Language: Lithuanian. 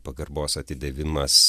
pagarbos atidavimas